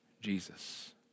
Jesus